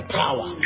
power